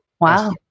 wow